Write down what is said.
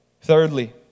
Thirdly